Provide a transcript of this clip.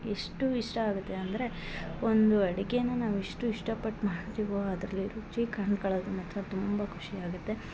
ಎಷ್ಟು ಇಷ್ಟ ಆಗುತ್ತೆ ಅಂದರೆ ಒಂದು ಅಡ್ಗೆನ ನಾವು ಎಷ್ಟು ಇಷ್ಟಪಟ್ಟು ಮಾಡ್ತಿವೋ ಅದರಲ್ಲಿ ರುಚಿ ಕಣ್ಕಳದು ಮಾತ್ರ ತುಂಬ ಖುಷಿ ಆಗುತ್ತೆ